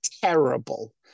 terrible